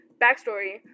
backstory